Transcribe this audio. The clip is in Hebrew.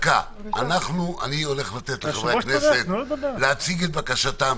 אתן לחברי הכנסת להציג את הבקשה שלהם,